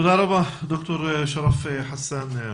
תודה רבה, ד"ר שרף חסאן.